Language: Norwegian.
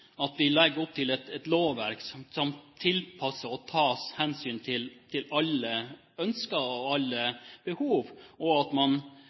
at vi legger opp til et lovverk som er tilpasset og tar hensyn til alle ønsker og alle behov, at man